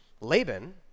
Laban